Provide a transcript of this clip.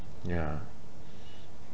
yeah